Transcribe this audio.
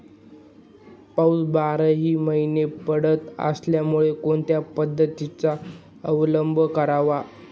पाऊस बाराही महिने पडत असल्यामुळे कोणत्या पद्धतीचा अवलंब करावा?